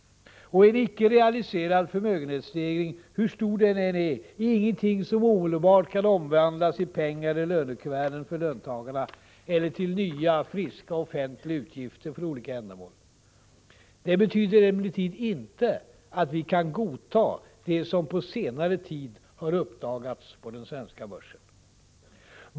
Och en icke realiserad förmögenhetsstegring — hur stor den än är — är ingenting som omedelbart kan omvandlas i pengar i lönekuverten för löntagarna eller till nya friska offentliga utgifter för olika ändamål. Det betyder emellertid inte att vi kan godta det som på senare tid har uppdagats på den svenska börsen.